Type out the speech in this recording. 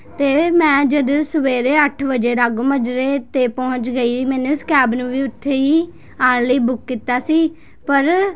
ਅਤੇ ਮੈਂ ਜਦੋਂ ਸਵੇਰੇ ਅੱਠ ਵਜੇ ਰਾਗੋਮਾਜਰੇ 'ਤੇ ਪਹੁੰਚ ਗਈ ਮੈਨੇ ਉਸ ਕੈਬ ਨੂੰ ਵੀ ਉੱਥੇ ਹੀ ਆਉਣ ਲਈ ਬੁੱਕ ਕੀਤਾ ਸੀ ਪਰ